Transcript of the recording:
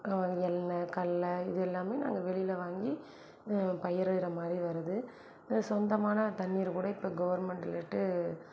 எண்ணெய் கடலை இது எல்லாமே நாங்கள் வெளியில் வாங்கி பயிரிடுகிற மாதிரி வருது சொந்தமான தண்ணீர் கூட இப்போ கவர்மெண்ட்லேந்து